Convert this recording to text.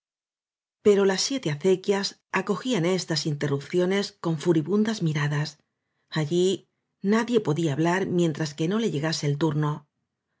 pero las siete acequias acogían estas inte rrupciones con furibundas miradas allí nadie podía hablar mientras no le llegase el tumo